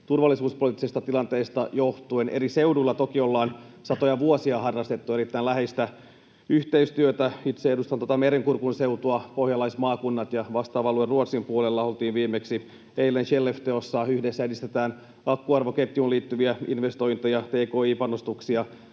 turvallisuuspoliittisesta tilanteesta johtuen. Eri seuduilla toki ollaan satoja vuosia harrastettu erittäin läheistä yhteistyötä. Itse edustan tätä Merenkurkun seutua. Me pohjalaismaakunnat ja vastaava alue Ruotsin puolella oltiin viimeksi eilen Skellefteåssa: yhdessä edistetään akkuarvoketjuun liittyviä investointeja ja tki-panostuksia,